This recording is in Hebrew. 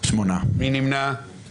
אנחנו בשורה 201,